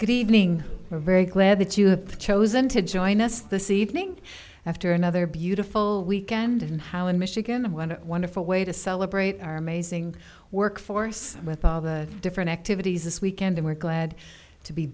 good evening we're very glad that you have chosen to join us this evening after another beautiful weekend in holland michigan and won a wonderful way to celebrate our amazing work force with all the different activities this weekend and we're glad to be